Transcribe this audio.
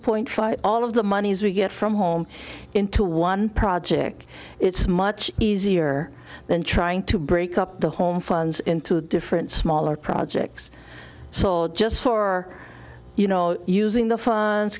point five all of the monies we get from home into one project it's much easier than trying to break up the home funds into different smaller projects so just for you know using the funds